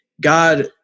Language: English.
God